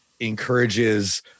encourages